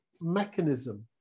mechanism